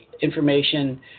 information